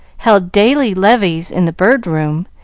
held daily levees in the bird room,